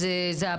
זו הבעיה.